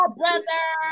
brother